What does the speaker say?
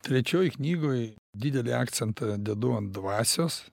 trečioj knygoj didelį akcentą dedu ant dvasios